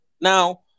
Now